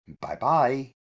Bye-bye